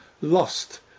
lost